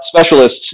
specialists